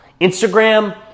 Instagram